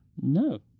No